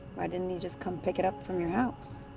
why didn't he just come pick it up from your house?